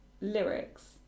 lyrics